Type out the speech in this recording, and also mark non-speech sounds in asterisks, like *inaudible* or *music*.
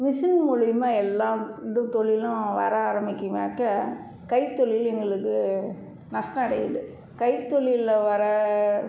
machine மூலியமாக எல்லாம் இது தொழிலும் வர ஆரமிக்கிது *unintelligible* கைத்தொழில் எங்களுக்கு நஷ்டம் அடையுது கை தொழிலில் வர்ற